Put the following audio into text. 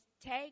take